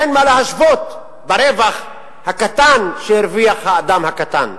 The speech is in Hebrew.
אין מה להשוות לרווח הקטן שהרוויח האדם הקטן.